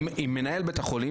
אם מנהל בית החולים,